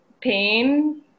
pain